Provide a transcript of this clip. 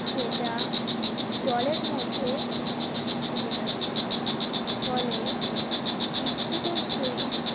যেটা জলের মধ্যে ডুবে থাকে ফলে বিদ্যুতের সুইচ